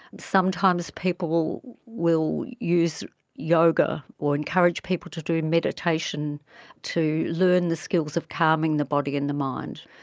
sometimes people will use yoga or encourage people to do meditation to learn the skills of calming the body and the mind.